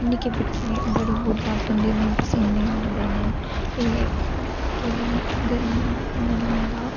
निक्के बच्चें दी बड़ी बुरी हालत होंदी उ'नें ई पसीने औंदे न एह् केइयें गर्मी ओह् निं होंदा